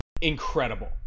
incredible